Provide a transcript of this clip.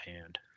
hand